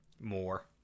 More